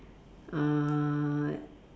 uh